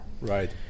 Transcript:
Right